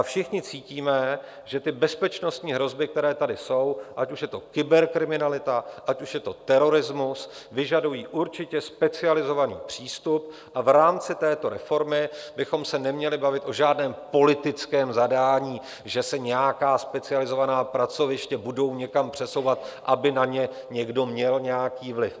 Všichni cítíme, že bezpečnostní hrozby, které tady jsou, ať už je to kyberkriminalita, ať už je to terorismus, vyžadují určitě specializovaný přístup a v rámci této reformy bychom se neměli bavit o žádném politickém zadání, že se nějaká specializovaná pracoviště budou někam přesouvat, aby na ně někdo měl nějaký vliv.